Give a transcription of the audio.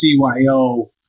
CYO